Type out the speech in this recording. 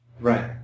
Right